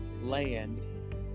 land